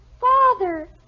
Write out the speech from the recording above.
Father